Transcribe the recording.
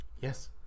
Yes